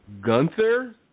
Gunther